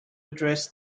address